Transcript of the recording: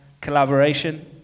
collaboration